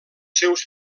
seus